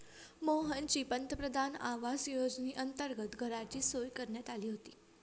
मोहनची पंतप्रधान आवास योजनेअंतर्गत घराची सोय करण्यात आली होती